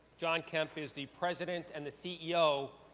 john kemp is the president and the c e o.